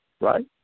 right